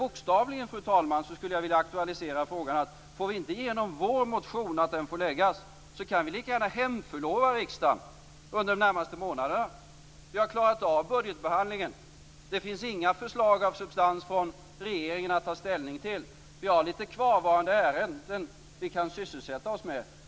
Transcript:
Bokstavligen, fru talman, får vi inte igenom att vår motion får väckas skulle jag vilja aktualisera frågan att vi lika gärna kan hemförlova riksdagen under de närmaste månaderna. Vi har klarat av budgetbehandlingen. Det finns inga förslag av substans från regeringen att ta ställning till. Vi har några kvarvarande ärenden som vi kan sysselsätta oss med.